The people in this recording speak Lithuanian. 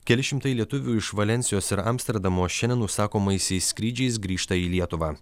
keli šimtai lietuvių iš valensijos ir amsterdamo šiandien užsakomaisiais skrydžiais grįžta į lietuvą